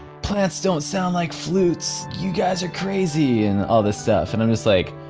plants don't sound like flutes! you guys are crazy! and all this stuff and i'm just like,